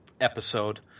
episode